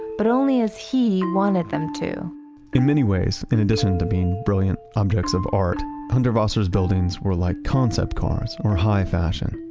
but only as he wanted them to in many ways in addition to being brilliant objects of art, hundertwasser's buildings were like concept cars or high fashion.